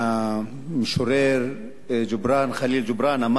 המשורר ג'ובראן ח'ליל ג'ובראן אמר: